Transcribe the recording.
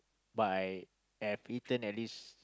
but I have eaten at least